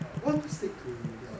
want to stick to their